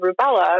rubella